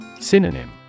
Synonym